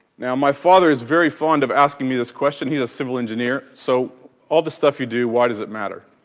now my father is very fond of asking me this question, he's a civil engineer so all this stuff you do why does it matter?